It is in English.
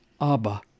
Abba